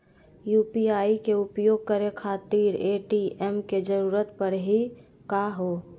UPI के उपयोग करे खातीर ए.टी.एम के जरुरत परेही का हो?